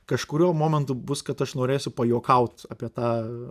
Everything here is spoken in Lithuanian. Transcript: kažkuriuo momentu bus kad aš norėsiu pajuokaut apie tą